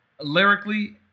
lyrically